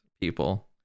people